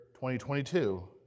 2022